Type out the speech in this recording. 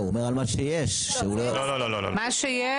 שיש